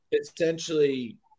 essentially